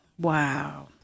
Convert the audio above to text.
Wow